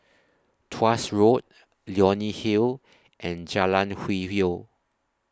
Tuas Road Leonie Hill and Jalan Hwi Yoh